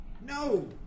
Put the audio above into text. No